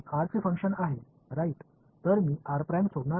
மின்சார மூலமானது r இன் செயல்பாடு